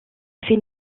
fait